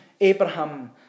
Abraham